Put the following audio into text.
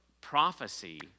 prophecy